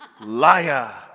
liar